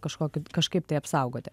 kažkokį kažkaip tai apsaugoti